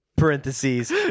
parentheses